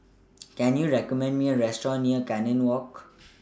Can YOU recommend Me A Restaurant near Canning Walk